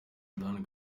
dan